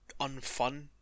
unfun